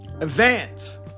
advance